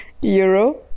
Euro